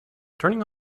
turning